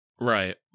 Right